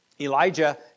Elijah